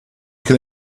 can